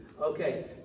Okay